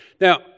Now